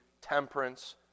temperance